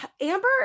Amber